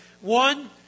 one